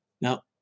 Now